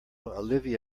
olivia